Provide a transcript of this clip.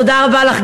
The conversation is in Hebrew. תודה רבה לך,